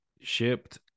shipped